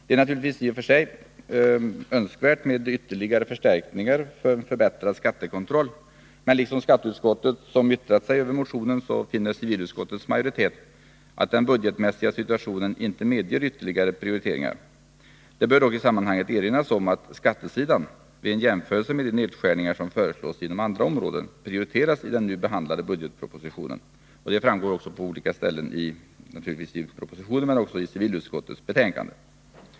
Det är naturligtvis i och för sig önskvärt med ytterligare förstärkningar för att man skall kunna få en förbättring av skattekontrollen, men liksom skatteutskottet, som yttrat sig över motionen, finner civilutskottets majoritet att den budgetmässiga situationen inte medger ytterligare prioriteringar. Det bör dock i sammanhanget erinras om att skattesidan, jämfört med de nedskärningar som föreslås inom andra områden, prioriteras i den nu behandlade budgetpropositionen. Detta framgår naturligtvis på olika ställen i propositionen men även av civilutskottets betänkande.